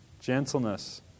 Gentleness